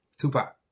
Tupac